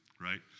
right